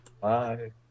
Bye